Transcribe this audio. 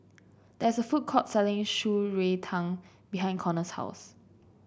there is a food court selling Shan Rui Tang behind Connor's house